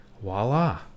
voila